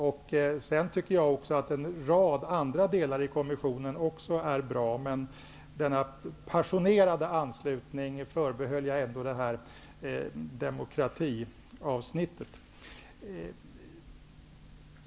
Jag tycker också att en rad andra delar i kommissionens förslag är bra, men denna passionerade anslutning förbehöll jag demokratiavsnittet.